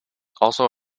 also